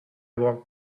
walked